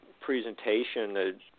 presentation